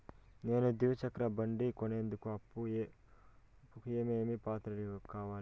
నేను ద్విచక్ర బండి కొనేందుకు అప్పు కు ఏమేమి పత్రాలు కావాలి?